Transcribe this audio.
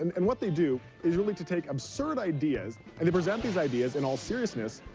and and what they do is really to take absurd ideas, and they present these ideas in all seriousness.